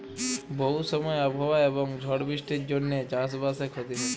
বহু সময় আবহাওয়া এবং ঝড় বৃষ্টির জনহে চাস বাসে ক্ষতি হয়